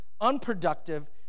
unproductive